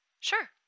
Sure